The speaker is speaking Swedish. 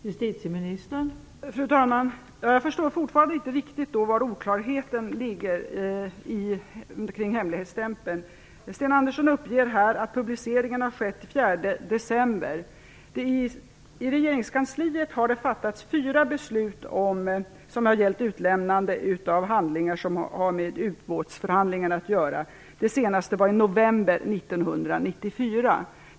Fru talman! Jag förstår fortfarande inte riktigt var oklarheten ligger kring hemligstämpeln. Sten Andersson uppger att publiceringen har skett den 4 december. I regeringskansliet har det fattats fyra beslut som har gällt utlämnande av handlingar som har med ubåtsförhandlingen att göra. Det senaste fattades i november 1994.